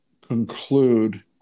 conclude